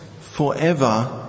forever